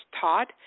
taught